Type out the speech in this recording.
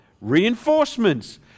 Reinforcements